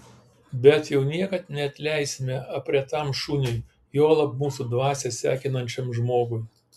bet jau niekad neatleisime aprietam šuniui juolab mūsų dvasią sekinančiam žmogui